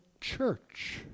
church